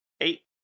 Eight